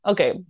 Okay